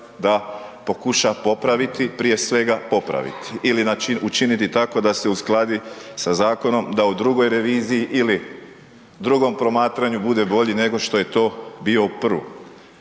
da pokuša popraviti, prije svega popraviti. Ili učiniti tako da se uskladi sa zakonom, da u drugoj reviziji ili drugom promatranju bude bolji nego što je to bio u